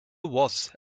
was